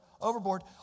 overboard